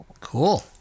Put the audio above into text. Cool